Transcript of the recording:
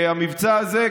המבצע הזה,